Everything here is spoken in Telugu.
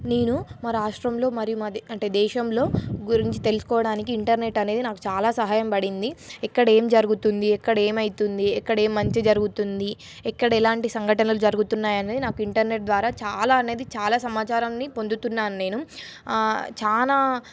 నేను మా రాష్ట్రంలో మరియు మా అంటే దేశంలో గురించి తెలుసుకోవడానికి ఇంటర్నెట్ అనేది నాకు చాలా సహాయ పడింది ఎక్కడ ఏమి జరుగుతుంది ఎక్కడ ఏమి అవుతుంది ఎక్కడ ఏమి మంచి జరుగుతుంది ఎక్కడ ఎలాంటి సంఘటనలు జరుగుతున్నాయి అనేది నాకు ఇంటర్నెట్ ద్వారా చాలా అనేది చాలా సమాచారాన్ని పొందుతున్నాను నేను చాలా